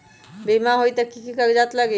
बिमा होई त कि की कागज़ात लगी?